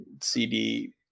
CD